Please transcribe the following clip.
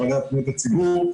לוועדה לפניות הציבור,